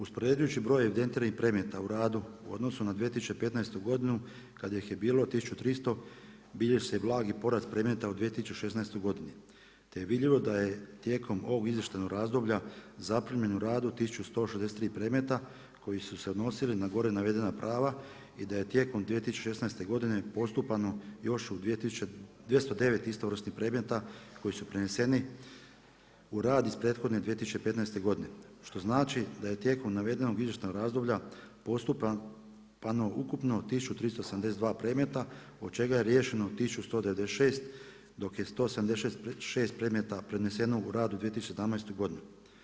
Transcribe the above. Uspoređujući broj evidentiranih predmeta u radu u odnosu na 2015. godinu kad ih je bilo 1300 bilježi se blagi porast predmeta u 2016. godini, te je vidljivo da je tijekom ovog izvještajnog razdoblja zaprimljeno u rad 1163 predmeta koji su se odnosili na gore navedena prava i da je tijekom 2016. godine postupano još u 209 istovrsnih predmeta koji su preneseni u rad iz prethodne 2015. godine što znači da je tijekom navedenog izvještajnog razdoblja postupano ukupno 1382 predmeta od čega je riješeno 1196 dok je 176 predmeta preneseno u rad u 2017. godinu.